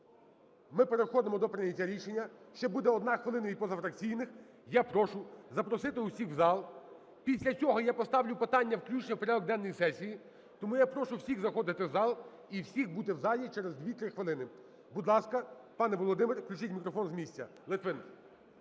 ми переходимо до прийняття рішення, ще буде одна хвилина від позафракційних. Я прошу запросити всіх в зал. Після цього я поставлю питання включення в порядок денний сесії, тому я прошу всіх заходити в зал і всіх бути в залі через 2-3 хвилини. Будь ласка, пане Володимир, включіть мікрофон з місця. Литвин.